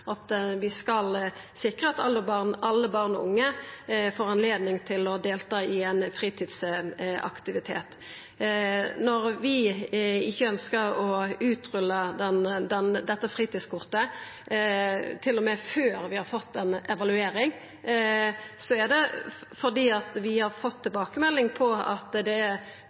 Vi skal sikra at alle barn og unge får anledning til å delta i ein fritidsaktivitet. Når vi ikkje ønskjer å rulla ut dette fritidskortet til og med før vi har fått ei evaluering, er det fordi vi har fått tilbakemelding på at det